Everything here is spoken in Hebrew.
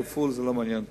כפול, לא מעניין אותי.